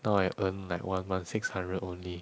now I earn like one month six hundred only